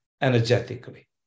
energetically